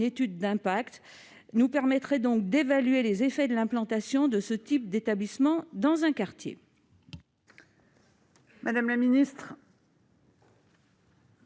étude d'impact nous permettrait d'évaluer les effets de l'implantation de ce type d'établissement dans un quartier.